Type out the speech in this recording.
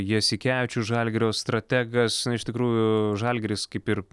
jasikevičius žalgirio strategas na iš tikrųjų žalgiris kaip ir